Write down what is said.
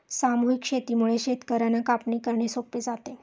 सामूहिक शेतीमुळे शेतकर्यांना कापणी करणे सोपे जाते